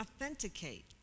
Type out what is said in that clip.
authenticate